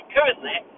currently